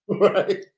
Right